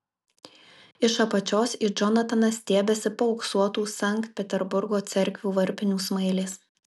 iš apačios į džonataną stiebiasi paauksuotų sankt peterburgo cerkvių varpinių smailės